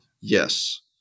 Yes